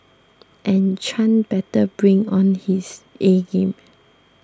and Chan better bring on his A game